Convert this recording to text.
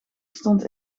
stond